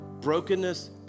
brokenness